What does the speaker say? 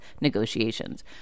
negotiations